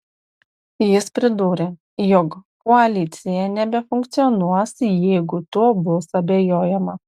jis pridūrė jog koalicija nebefunkcionuos jeigu tuo bus abejojama